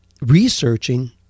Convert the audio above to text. researching